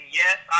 yes